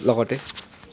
লগতে